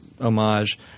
homage